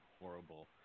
horrible